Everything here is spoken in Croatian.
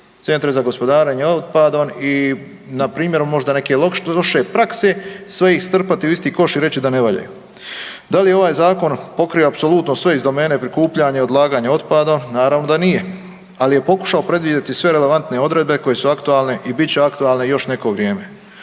centre za gospodarenje otpadom i na primjeru možda neke loše prakse sve ih strpati u isti koš i reći da ne valjaju. Da li ovaj zakon pokriva apsolutno sve iz domene prikupljanja i odlaganja otpada? Naravno da nije, ali je pokušao predvidjeti sve relevantne odredbe koje su aktualne i bit će aktualne još neko vrijeme.